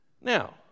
Now